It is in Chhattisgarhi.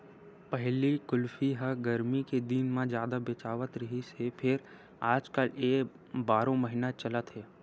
पहिली कुल्फी ह गरमी के दिन म जादा बेचावत रिहिस हे फेर आजकाल ए ह बारो महिना चलत हे